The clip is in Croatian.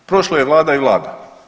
Prošlo je vlada i vlada.